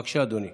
בבקשה, אדוני.